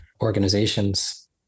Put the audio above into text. organizations